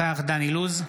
אינו נוכח דן אילוז,